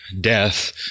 death